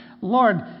Lord